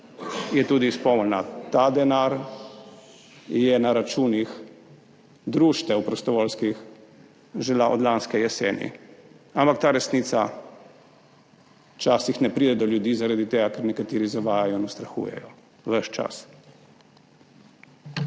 je tudi izpolnila. Ta denar je na računih prostovoljskih društev že od lanske jeseni, ampak ta resnica včasih ne pride do ljudi zaradi tega, ker nekateri zavajajo in ustrahujejo ves čas.